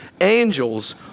angels